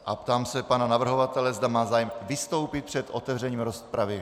Ptám se pana navrhovatele, zda má zájem vystoupit před otevřením rozpravy.